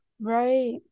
Right